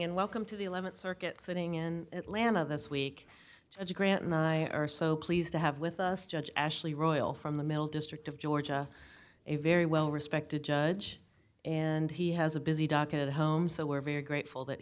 in welcome to the th circuit sitting in atlanta this week a grant and i are so pleased to have with us judge ashley royal from the mill district of georgia a very well respected judge and he has a busy docket at home so we're very grateful that